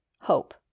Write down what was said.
hope